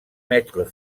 maîtres